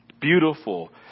Beautiful